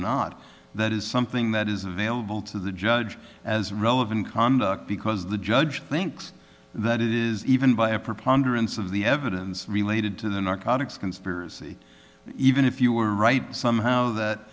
not that is something that is available to the judge as relevant conduct because the judge thinks that it is even by a preponderance of the evidence related to the narcotics conspiracy even if you are right somehow that